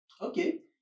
Okay